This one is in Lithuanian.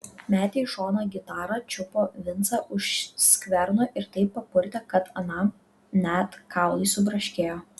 metė į šoną gitarą čiupo vincą už skverno ir taip papurtė kad anam net kaulai subraškėjo